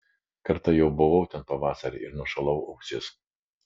kartą jau buvau ten pavasarį ir nušalau ausis